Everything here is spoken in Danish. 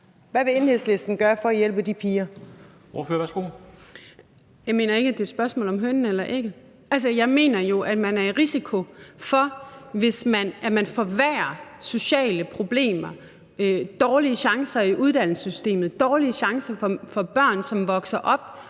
Kl. 15:40 Pernille Skipper (EL): Jeg mener ikke, at det er et spørgsmål om hønen eller ægget. Jeg mener jo, at man risikerer at forværre de sociale problemer. Dårlige chancer i uddannelsessystemet, dårlige chancer for børn, som vokser op